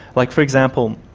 like, for example,